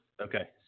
okay